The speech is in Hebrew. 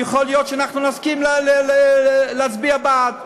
יכול להיות שנסכים להצביע בעד.